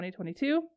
2022